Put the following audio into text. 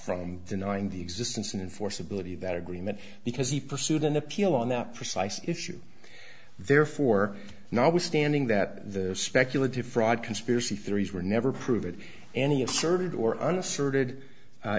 denying the existence and force ability that agreement because he pursued an appeal on that precise issue therefore notwithstanding that the speculative fraud conspiracy theories were never prove it any asserted or on a